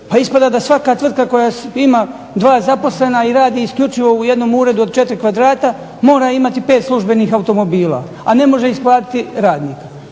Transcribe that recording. Pa ispada da svaka tvrtka koja ima dva zaposlena i radi isključivo u jednom uredu od 4 kvadrata mora imati pet službenih automobila, a ne može isplatiti radnika.